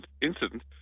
incident